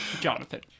Jonathan